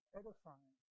edifying